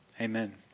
Amen